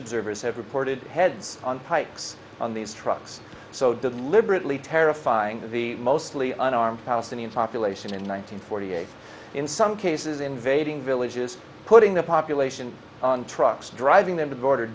observers have reported heads on pikes on these trucks so deliberately terrifying the mostly unarmed palestinian population in one nine hundred forty eight in some cases invading villages putting the population on trucks driving them